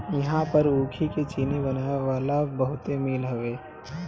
इहां पर ऊखी के चीनी बनावे वाला बहुते मील हवे